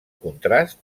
contrast